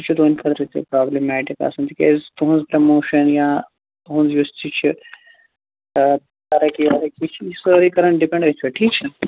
سُہ چھُ تُہٕنٛدِ خٲطرٕ تہِ پرٛابلیمیٹِک آسان تِکیٛازِ تُہٕنٛز پرٛموٗشَن یا تُہٕنٛز یُس یہِ چھِ پیرایکے ویرایکے چھِ یہِ چھِ سأری کَران ڈِپینٛڈ أتھۍ پیٚٹھ ٹھیٖک چھا